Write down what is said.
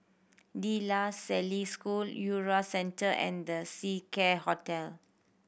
De La Salle School URA Centre and The Seacare Hotel